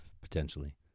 potentially